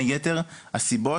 בין יתר הסיבות,